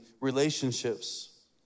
relationships